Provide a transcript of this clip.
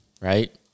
Right